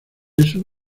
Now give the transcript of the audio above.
eso